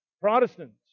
Protestants